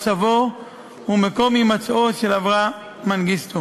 מצבו ומקום הימצאו של אברהם מנגיסטו.